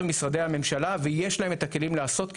משרדי הממשלה ויש להם את הכלים לעשות כן.